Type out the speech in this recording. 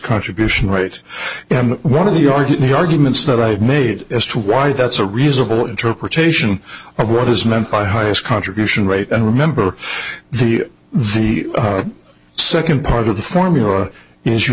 contribution right and one of the art in the arguments that i've made as to why that's a reasonable interpretation of what is meant by highest contribution rate and remember the very second part of the formula is you